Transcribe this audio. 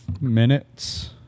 minutes